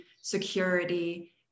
security